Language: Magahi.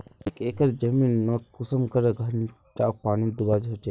एक एकर जमीन नोत कुंसम करे घंटा पानी दुबा होचए?